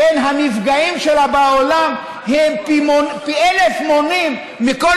המפגעים שלה בעולם הם פי אלף מונים מכל